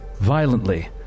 violently